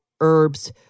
herbs